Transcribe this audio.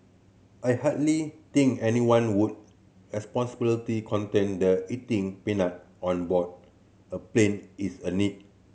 I hardly think anyone would responsibility contend the eating peanut on board a plane is a need